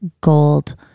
gold